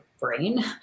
brain